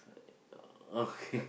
uh uh okay